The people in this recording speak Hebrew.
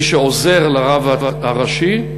מי שעוזר לרב הראשי,